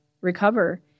recover